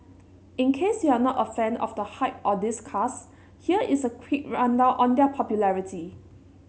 in case you're not a fan of the hype or these cars here's a quick rundown on their popularity